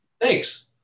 Thanks